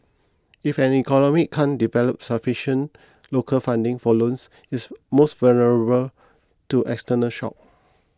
if an economy can't develop sufficient local funding for loans it's more vulnerable to external shock